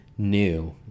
New